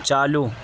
چالو